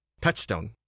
Touchstone